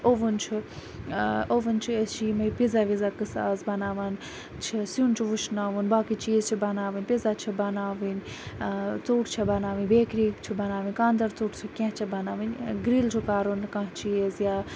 oven چھُ اوٚوٕن چھُ أسۍ چھِ یِمے پِزا وِزا قِصہٕ آز بَناوان چھِ سِیُن چھ وٕشناوُن باقٕے چیٖز چھِ بَناوٕنۍ پِزا چھِ بَناوٕنۍ ژوٚٹ چھِ بَناوٕنۍ بیکری چھِ بَناوٕنۍ کانٛدَر ژوٚٹ چھِ کینٛہہ چھِ بَناوٕنۍ گِرِل چھُ کَرُن کانٛہہ چیٖز یا